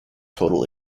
total